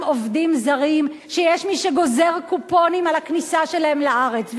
עובדים זרים שיש מי שגוזר קופונים על הכניסה שלהם לארץ.